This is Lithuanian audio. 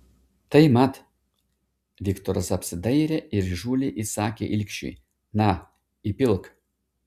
tai mat viktoras apsidairė ir įžūliai įsakė ilgšiui na įpilk